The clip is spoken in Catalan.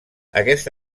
aquest